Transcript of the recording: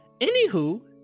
anywho